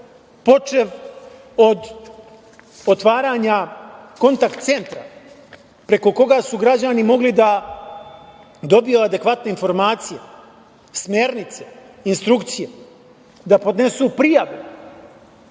počev od otvaranja kontakt centra preko koga su građani mogli da dobiju adekvatne informacije, smernice, instrukcije, da podnesu prijave,